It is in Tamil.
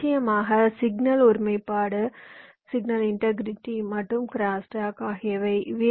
நிச்சயமாக சிக்னல் ஒருமைப்பாடு மற்றும் க்ரோஸ்டாக் ஆகியவை வி